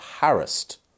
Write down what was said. harassed